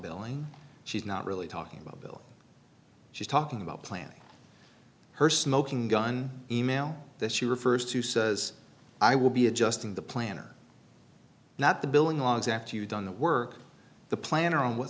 billing she's not really talking a bill she's talking about plan her smoking gun email that she refers to says i will be adjusting the plan or not the billing logs after you've done the work the plan around what